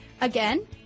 Again